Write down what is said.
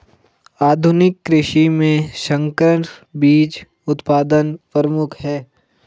आधुनिक कृषि में संकर बीज उत्पादन प्रमुख है